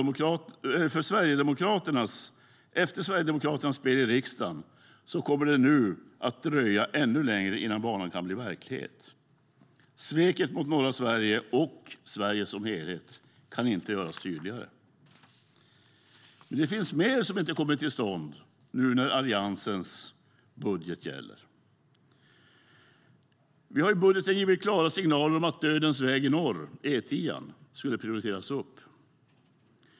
Men efter Sverigedemokraternas spel i riksdagen kommer det nu att dröja ännu längre innan banan kan bli verklighet. Sveket mot norra Sverige och Sverige som helhet kan inte göras tydligare. Det finns mer som inte kommer till stånd nu när Alliansens budget gäller. Vi har i budgeten givit klara signaler om att dödens väg i norr, E10:an, skulle prioriteras upp.